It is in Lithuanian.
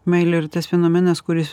meilė ir tas fenomenas kuris